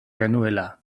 genuela